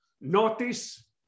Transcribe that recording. Notice